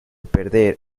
perder